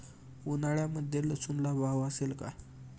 उन्हाळ्यामध्ये लसूणला भाव असेल का?